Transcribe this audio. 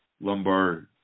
lumbar